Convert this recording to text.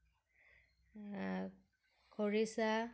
খৰিচা